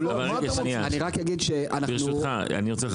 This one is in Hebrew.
ברשותך,